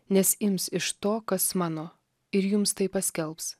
nes ims iš to kas mano ir jums tai paskelbs